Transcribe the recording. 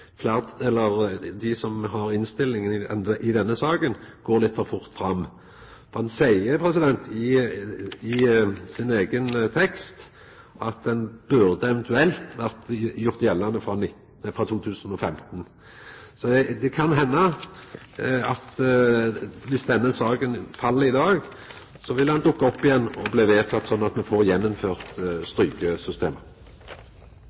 dei som står bak innstillinga i denne saka, går litt for fort fram. Dei seier nemleg i sin eigen merknad at dette eventuelt burde ha vore gjort gjeldande frå 2015. Så det kan henda, om denne saka fell i dag, at ho vil dukka opp igjen og bli vedteke, sånn at me får